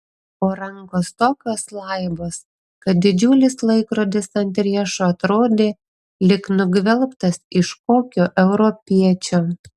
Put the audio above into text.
o rankos tokios laibos kad didžiulis laikrodis ant riešo atrodė lyg nugvelbtas iš kokio europiečio